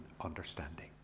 understanding